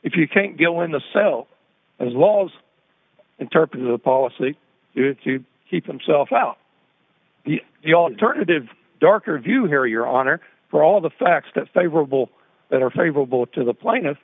if you can't go in the cell and laws interpreter the policy is to keep himself out the alternative darker view here your honor for all the facts that favorable that are favorable to the pla